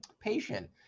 patient